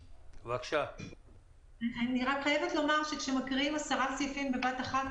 בניגוד להוראות סעיף 22 כפי שהוחל בסעיף 29,